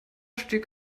stieg